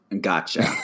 Gotcha